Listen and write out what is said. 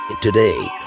Today